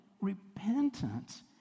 repentance